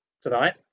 tonight